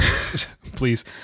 Please